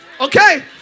okay